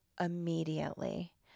immediately